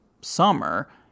summer